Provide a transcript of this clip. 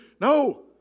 No